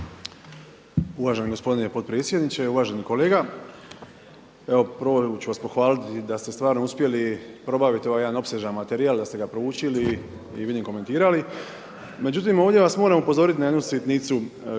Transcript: Uvaženi gospodine potpredsjedniče, uvaženi kolega. Evo prvo ću vas pohvaliti da ste stvarno uspjeli probaviti ovaj jedan opsežan materijal, da ste ga proučili i vidim komentirali. Međutim, ovdje vas moram upozoriti na jednu sitnicu.